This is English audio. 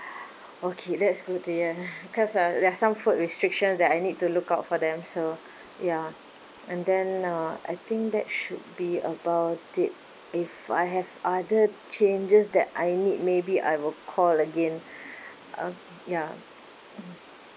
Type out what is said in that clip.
okay that's good to hear because uh there's some food restriction that I need to look out for them so ya and then uh I think that should be about it if I have other changes that I need maybe I will call again uh ya mmhmm